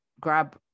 grab